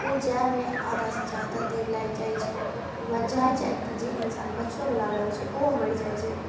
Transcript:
फेर जाइमे आधासँ जादा देर लागि जाइ छै ओकर बाद जायत जायत तऽ जे इंसान बचहोला रहै छै ओहो मरि जाइ छै